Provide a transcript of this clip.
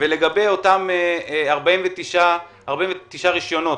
לגבי אותם 49 רישיונות,